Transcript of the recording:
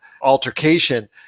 altercation